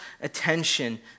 attention